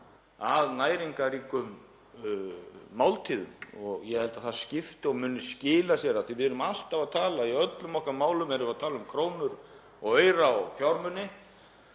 að næringarríkum máltíðum og ég held að það skipti máli og muni skila sér. Við erum alltaf að tala í öllum okkar málum um krónur og aura og fjármuni